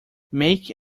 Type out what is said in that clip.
make